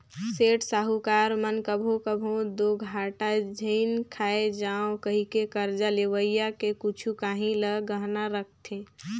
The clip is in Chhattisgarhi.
सेठ, साहूकार मन कभों कभों दो घाटा झेइन खाए जांव कहिके करजा लेवइया के कुछु काहीं ल गहना रखहीं